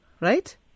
right